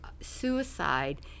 suicide